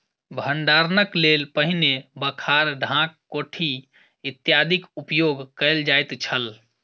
भंडारणक लेल पहिने बखार, ढाक, कोठी इत्यादिक उपयोग कयल जाइत छल